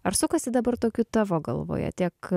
ar sukasi dabar tokių tavo galvoje tiek